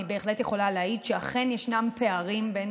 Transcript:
אני בהחלט יכולה להעיד שאכן יש פערים בין